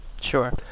Sure